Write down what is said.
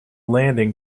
landing